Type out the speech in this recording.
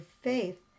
faith